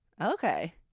Okay